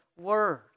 word